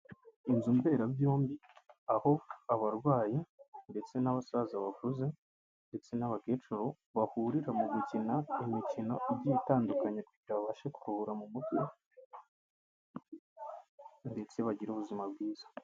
Inzu mberabyombi aho abarwayi ndetse n'abasaza bakuze ndetse n'abakecuru bahurira mu gukina imikino igiye itandukanye kugira babashe kuruhura mu mutwe ndetse bagira ubuzima bwiza.